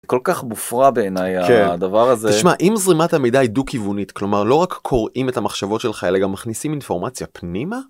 כל כך מופרע בעיני הדבר הזה. תשמע, אם זרימת המידע היא דו-כיוונית, כלומר לא רק קוראים את המחשבות שלך אלא גם מכניסים אינפורמציה פנימה.